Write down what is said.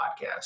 podcast